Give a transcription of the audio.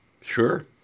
Sure